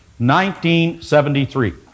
1973